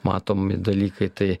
matomi dalykai tai